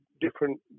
different